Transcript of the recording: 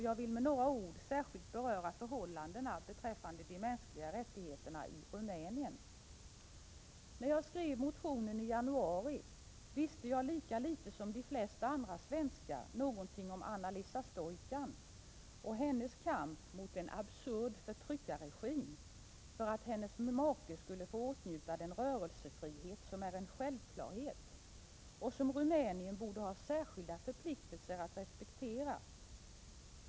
Jag vill med några ord särskilt beröra förhållandena beträffande de mänskliga rättigheterna i Rumänien. När jag skrev motionen i januari visste jag lika litet som de flesta andra svenskar något om Anna-Lisa Stoican och hennes kamp mot en absurd förtryckarregim för att hennes make skall få åtnjuta den rörelsefrihet som är en självklarhet och som Rumänien borde ha särskilda förpliktelser att respektera.